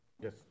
yes